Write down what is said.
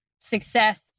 success